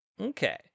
Okay